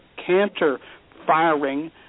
canter-firing